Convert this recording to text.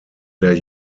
der